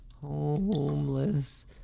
homeless